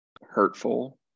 hurtful